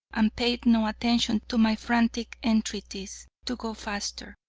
and paid no attention to my frantic entreaties to go faster.